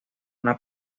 una